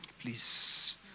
Please